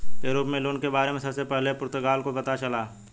Europe में loan के बारे में सबसे पहले पुर्तगाल को पता चला